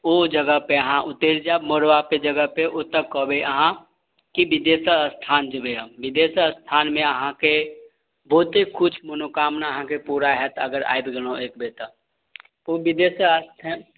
ओ जगह पे अहाँ उतरि जाएब मरवा पे जगह पे ओतऽ कहबै अहाँ कि बिदेश्वर स्थान जयबै हम बिदेश्वर स्थानमे अहाँके बहुते किछु मनोकामना अहाँके पूरा हाएत अगर आबि गेलहुँ एकबेर तऽ ओ बिदेश्वर स्थान